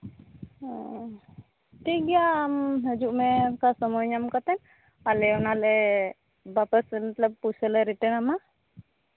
ᱦᱮᱸ ᱴᱷᱤᱠ ᱜᱮᱭᱟ ᱟᱢ ᱦᱤᱡᱩᱜ ᱢᱮ ᱚᱱᱠᱟ ᱥᱚᱢᱚᱭ ᱧᱟᱢ ᱠᱟᱛᱮᱫ ᱟᱞᱮ ᱚᱱᱟᱞᱮ ᱵᱟᱯᱟᱥ ᱢᱚᱛᱞᱚᱵ ᱯᱩᱭᱥᱟᱹ ᱞᱮ ᱨᱤᱴᱟᱨᱱ ᱟᱢᱟ